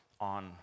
on